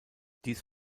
dies